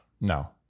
No